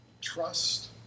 Trust